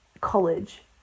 college